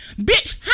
Bitch